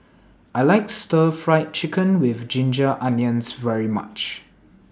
I like Stir Fried Chicken with Ginger Onions very much